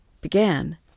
began